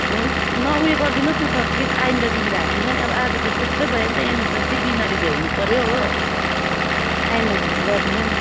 हुन न उयो गरिदिनुहोस् न सर प्लिस आइन्दादेखि राख्दिन नि अब आज त त्यस्तै भयो नि त एमरजेन्सी बिमारी ल्याउनुपऱ्यो हो आइन्दादेखि गर्दिन नि